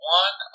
one